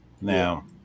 Now